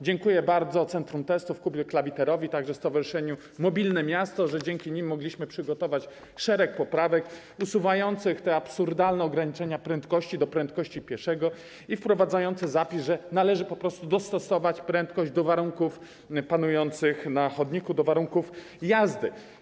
Dziękuję bardzo Centrum Testów, Kubie Klawiterowi, a także Stowarzyszeniu Mobilne Miasto, że dzięki nim mogliśmy przygotować szereg poprawek usuwających te absurdalne ograniczenia prędkości do prędkości pieszego, wprowadzając zapis, że należy po prostu dostosować prędkość do warunków panujących na chodniku, do warunków jazdy.